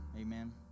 Amen